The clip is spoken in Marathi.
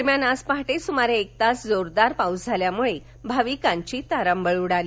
दरम्यान आज पहाटे सुमारे एक तास जोरदार पाऊस झाल्यामुळ भाविकांची तारांबळ उडाली